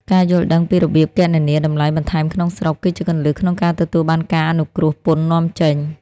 ការយល់ដឹងពីរបៀបគណនាតម្លៃបន្ថែមក្នុងស្រុក គឺជាគន្លឹះក្នុងការទទួលបានការអនុគ្រោះពន្ធនាំចេញ។